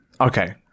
Okay